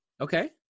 Okay